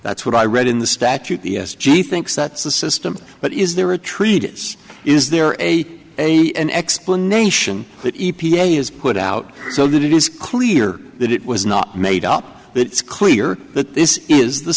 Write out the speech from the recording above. that's what i read in the statute the s g thinks that's the system but is there a treatise is there a a an explanation that e t a is put out so that it is clear that it was not made up but it's clear that this is the